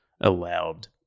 allowed